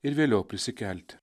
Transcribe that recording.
ir vėliau prisikelti